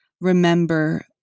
remember